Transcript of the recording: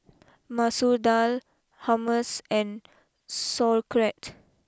Masoor Dal Hummus and Sauerkraut